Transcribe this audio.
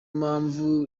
mpamvu